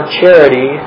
charity